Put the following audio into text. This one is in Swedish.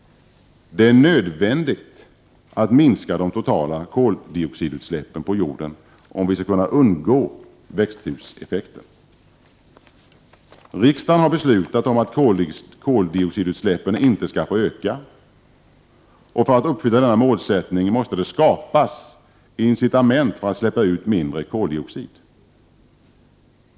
Det är nödvändigt att minska de totala koldioxidutsläppen på jorden om vi skall kunna undgå växthuseffekten. Riksdagen har beslutat om att koldioxidutsläppen inte skall få öka. För att uppfylla denna målsättning måste det skapas incitament för att släppa ut mindre koldioxid.